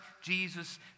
Jesus